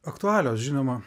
aktualios žinoma